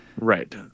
Right